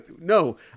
No